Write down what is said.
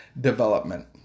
Development